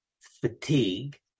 fatigue